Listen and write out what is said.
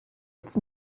its